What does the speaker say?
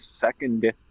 second